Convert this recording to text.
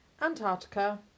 Antarctica